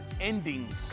endings